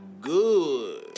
good